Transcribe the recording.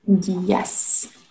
Yes